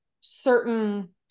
certain